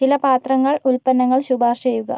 ചില പാത്രങ്ങൾ ഉൽപ്പന്നങ്ങൾ ശുപാർശ ചെയ്യുക